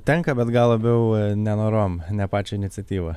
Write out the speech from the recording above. tenka bet gal labiau nenorom ne pačio iniciatyva